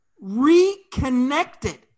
reconnected